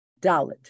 Dalit